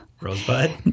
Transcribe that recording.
Rosebud